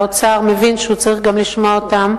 האוצר מבין שהוא צריך לשמוע גם אותם,